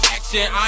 Action